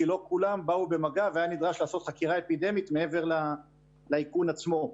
כי לא כולם באו במגע והיה נדרש לעשות חקירה אפידמית מעבר לאיכון עצמו.